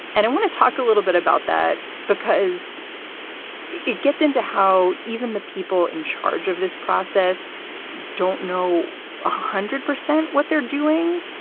and i want to talk a little bit about that, because it gets into how even the people in charge of this process don't know one ah hundred percent what they're doing,